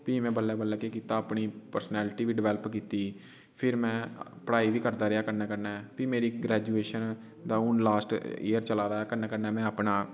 फ्ही में बल्लें बल्लें केह् कीता अपनी पर्सनैलिटी बी डिवेलप कीती फेर में पढ़ाई बी करदा रेहा कन्नै कन्नै फ्ही मेरी ग्रैजुएशन दा हून लास्ट इयर चला दा ऐ कन्नै कन्नै में अपना